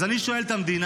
אז אני שואל את המדינה,